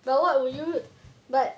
but what would you but